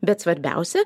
bet svarbiausia